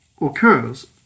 occurs